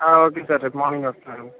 okay sir రేపు morning వస్తాను